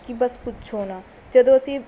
ਕਿ ਬਸ ਪੁੱਛੋ ਨਾ ਜਦੋਂ ਅਸੀਂ